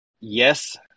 yes